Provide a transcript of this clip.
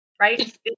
right